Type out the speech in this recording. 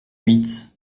huit